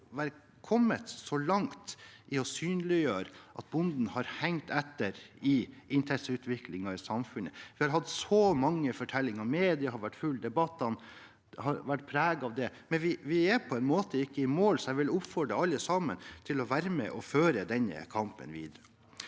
vi hadde kommet langt i å synliggjøre at bonden har hengt etter i inntektsutviklingen i samfunnet. Vi har hatt så mange fortellinger. Media har vært fulle og debattene preget av det. Vi er ikke i mål, så jeg vil oppfordre alle sammen til å være med og føre denne kampen videre.